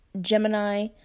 Gemini